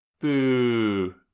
Boo